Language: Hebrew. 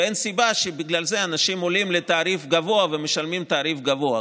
אין סיבה שבגלל זה אנשים עולים לתעריף גבוה ומשלמים תעריף גבוה.